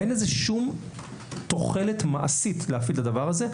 אין לזה שום תוחלת מעשית להפעיל את הדבר הזה,